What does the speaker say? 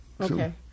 okay